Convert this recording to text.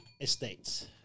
Estates